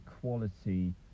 quality